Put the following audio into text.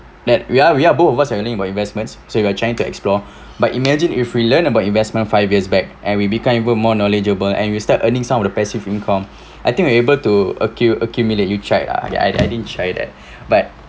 that we are we are both of us are linked about investments so you are trying to explore but imagine if we learn about investment five years back and we become even more knowledgeable and we start earning some of the passive income I think we able to accu~ accumulate try ah ya I I didn't try that but